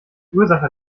ursache